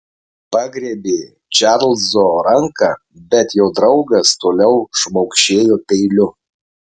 pagriebė čarlzo ranką bet jo draugas toliau šmaukšėjo peiliu